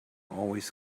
always